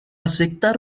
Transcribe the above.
aceptar